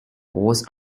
course